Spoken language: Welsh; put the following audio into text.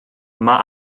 mae